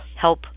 help